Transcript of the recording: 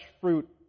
fruit